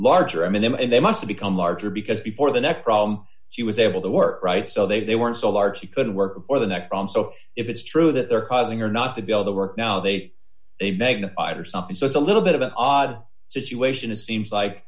larger i mean them and they must become larger because before the neck problem she was able to work right so they weren't so large she couldn't work for the next problem so if it's true that they're causing her not to be all the work now they'd a magnified or something so it's a little bit of an odd situation it seems like